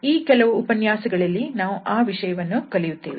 ಈ ಕೆಲವು ಉಪನ್ಯಾಸಗಳಲ್ಲಿ ನಾವು ಆ ವಿಷಯವನ್ನು ಕಲಿಯುತ್ತೇವೆ